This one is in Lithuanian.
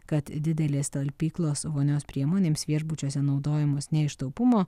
kad didelės talpyklos vonios priemonėms viešbučiuose naudojamos ne iš taupumo